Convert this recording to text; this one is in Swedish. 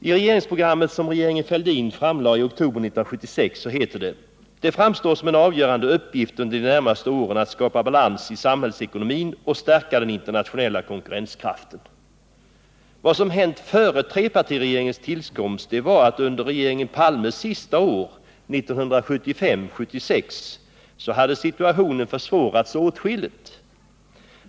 I regeringsprogrammet som regeringen Fälldin framlade i oktober 1976 heter det: ”Det framstår som en avgörande uppgift under de närmaste åren att skapa balans i samhällsekonomin och stärka den internationella konkurrenskraften.” Vad som hände före trepartiregeringens tillkomst var att under regeringen Palmes sista år, 1975/76, hade situationen försvårats åtskilligt.